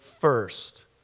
first